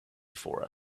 for